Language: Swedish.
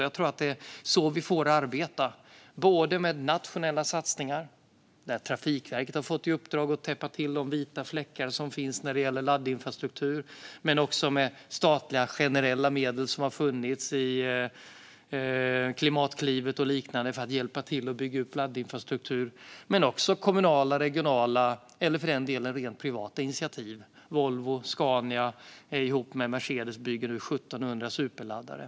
Jag tror att det är så vi får arbeta - både med nationella satsningar där Trafikverket har fått i uppdrag att täppa till de vita fläckar som finns när det gäller laddinfrastruktur och med statliga generella medel som har funnits i Klimatklivet och liknande för att hjälpa till att bygga upp laddinfrastruktur. Det kan också handla om kommunala, regionala eller, för den delen, rent privata initiativ. Volvo och Scania bygger nu tillsammans med Mercedes 1 700 superladdare.